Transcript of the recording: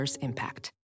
impact